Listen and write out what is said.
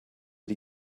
die